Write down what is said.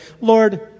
Lord